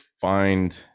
find